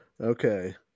Okay